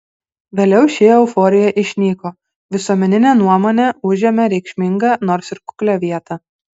vėliau ši euforija išnyko visuomeninė nuomonė užėmė reikšmingą nors ir kuklią vietą